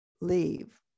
leave